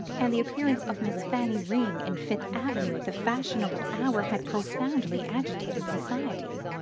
and the appearance of miss fanny ring in fifth avenue at the fashionable hour had profoundly agitated society.